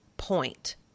point